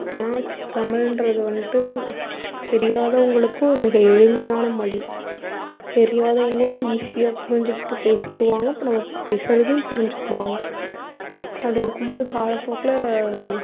ஆனால் தமிழ் என்பது வந்துட்டு தெரியாதவங்களுக்கும் மிக எளிமையான மொழி தெரியாதவங்களும் ஈசியாக புரிஞ்சிக்கிட்டு பேசிடுவாங்க இப்போ நம்ம பேசுவதையும் புரிஞ்சிக்குவாங்க அப்படி இருக்கும் போது காலப்போக்கில்